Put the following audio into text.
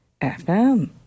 FM